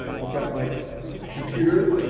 i've got my computer,